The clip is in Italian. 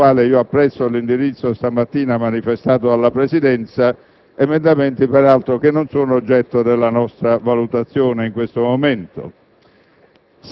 (sul quale apprezzo l'indirizzo stamattina manifestato dalla Presidenza), che per altro non sono oggetto della nostra valutazione in questo momento.